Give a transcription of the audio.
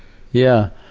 yeah.